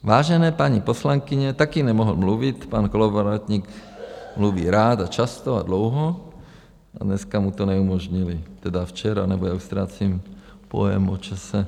Vážené paní poslankyně taky nemohl mluvit, pan Kolovratník mluví rád a často a dlouho a dneska mu to neumožnili, teda včera, já ztrácím pojem o čase.